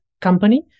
Company